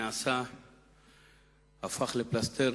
שהפך פלסתר